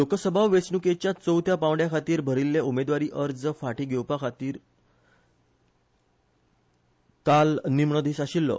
लोकसभा वेंचणुकेच्या चवथ्या पांवड्या खातीर भरिल्लो उमेदवारी अर्ज फाटीं घेवपा खातीरचो काल निमाणो दीस आशिल्लो